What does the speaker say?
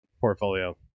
portfolio